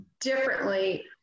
differently